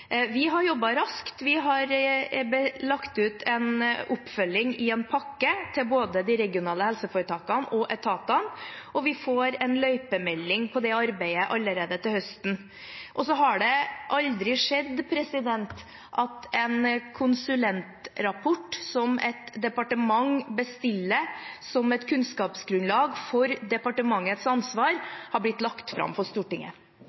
Vi har jobbet raskt. Vi har lagt ut en oppfølging i en pakke til både de regionale helseforetakene og etatene, og vi får en løypemelding på det arbeidet allerede til høsten. Det har aldri skjedd at en konsulentrapport som et departement bestiller som et kunnskapsgrunnlag for departementets ansvar, er blitt lagt fram for Stortinget.